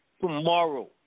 tomorrow